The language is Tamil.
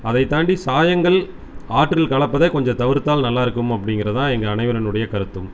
அதைத் தாண்டி சாயங்கள் ஆற்றில் கலப்பதை கொஞ்சம் தவிர்த்தால் நல்லாயிருக்கும் அப்படிங்குறதுதான் எங்கள் அனைவருனுடைய கருத்தும்